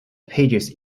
pages